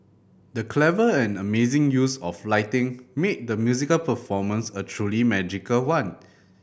the clever and amazing use of lighting made the musical performance a truly magical one